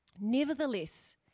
Nevertheless